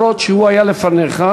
אפילו שהוא היה לפניך,